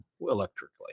electrically